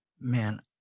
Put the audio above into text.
Man